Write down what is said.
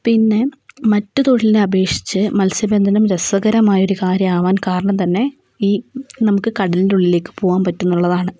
പിന്നെ മറ്റു തൊഴിലിനെ അപേക്ഷിച്ച് മത്സ്യബന്ധനം രസകരമായൊരു കാര്യമാവാൻ കാരണം തന്നെ ഈ നമുക്ക് കടലിൻ്റുള്ളിലേയ്ക്ക് പോവാൻ പറ്റും എന്നുള്ളതാണ്